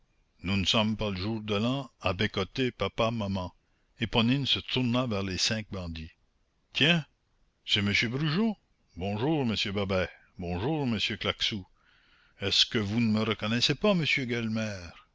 nous n'sommes pas le jour de l'an à bécoter papa maman éponine se tourna vers les cinq bandits tiens c'est monsieur brujon bonjour monsieur babet bonjour monsieur claquesous est-ce que vous ne me reconnaissez pas monsieur